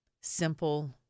simple